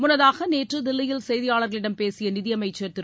முன்னதாக நேற்று தில்லியில் செய்தியாளர்களிடம் பேசிய நிதியமைச்சர் திரு